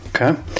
Okay